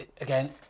again